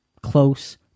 Close